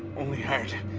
only hired.